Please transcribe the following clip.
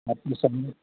آپ کی